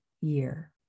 year